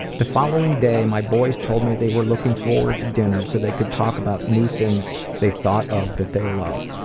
the following day my boys told me they were looking forward to dinner so they talk about new things they thought of that they love.